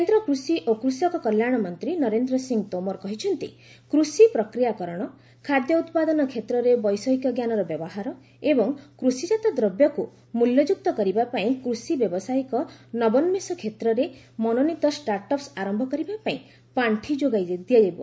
କେନ୍ଦ୍ର କୂଷି ଓ କୂଷକ କଲ୍ୟାଣ ମନ୍ତ୍ରୀ ନରେନ୍ଦ୍ର ସିଂହ ତୋମାର କହିଛନ୍ତି କୂଷି ପ୍ରକ୍ରିୟାକରଣ ଖାଦ୍ୟ ଉତ୍ପାଦନ କ୍ଷେତ୍ରରେ ବୈଷୟିକ ଜ୍ଞାନର ବ୍ୟବହାର ଏବଂ କୃଷିଚ୍ଚାତ ଦ୍ରବ୍ୟକୁ ମୂଲ୍ୟଯୁକ୍ତ କରିବାପାଇଁ କୃଷି ବ୍ୟାବସାୟିକ ନବୋନ୍ଦେଷ କ୍ଷେତ୍ରରେ ମନୋନୀତ ଷ୍ଟାର୍ଟଅପ୍ସ ଆରମ୍ଭ କରିବାପାଇଁ ପାଣ୍ଡି ଯୋଗାଇ ଦିଆଯିବ